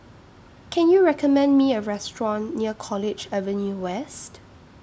Can YOU recommend Me A Restaurant near College Avenue West